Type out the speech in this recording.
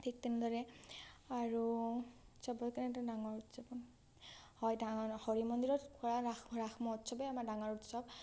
ঠিক তেনেদৰে আৰু চবৰ কাৰণে এটা ডাঙৰ উৎসৱ হয় হৰি মন্দিৰত কৰা ৰাস মহোৎসৱেই আমাৰ ডাঙৰ উৎসৱ